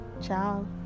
Ciao